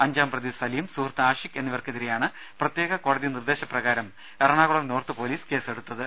അഞ്ചാം പ്രതി സലീം സുഹൃത്ത് ആഷിഖ് എന്നി വർക്കെതിരെയാണ് പ്രത്യേക കോടതി നിർദേശ പ്രകാരം എറണാ കുളം നോർത്ത് പൊലീസ് കേസെടുത്തത്